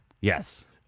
Yes